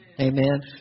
Amen